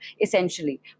essentially